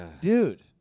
dude